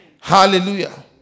Hallelujah